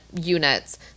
units